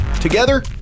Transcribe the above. Together